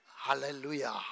Hallelujah